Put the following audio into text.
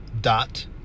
dot